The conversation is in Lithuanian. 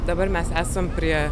dabar mes esam prie